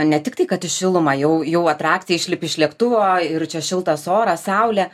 ne tik tai kad už šilumą jau jau atrakcija išlipę iš lėktuvo ir čia šiltas oras saulė